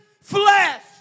flesh